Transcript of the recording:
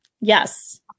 Yes